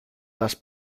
las